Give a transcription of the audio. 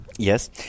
Yes